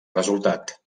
resultat